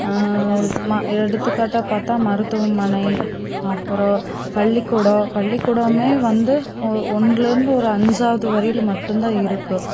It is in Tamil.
ம எடுத்துக்காட்டாக பார்த்தா மருத்துவமனை அப்புறம் பள்ளிக்கூடம் பள்ளிக்கூடமே வந்து ஒன்றுலேருந்து ஒரு அஞ்சாவது வரையிலும் மட்டும்தான் இருக்கும்